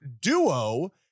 duo